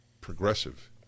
progressive